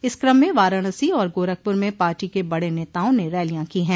इस क्रम में वाराणसी और गोरखपुर में पार्टी के बड़े नेताओं ने रैलियां की है